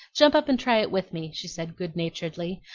jump up and try it with me! she said good-naturedly,